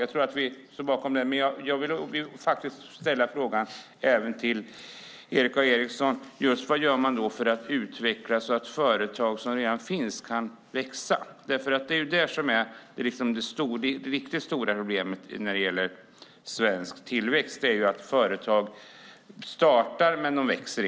Jag tror att vi står bakom den men jag vill till Erik A Eriksson ställa följande fråga: Vad gör man för att utveckla så att företag som redan finns kan växa? Det riktigt stora problemet när det gäller svensk tillväxt är att företag startar men inte växer.